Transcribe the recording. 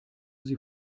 sie